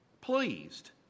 Pleased